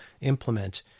implement